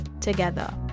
together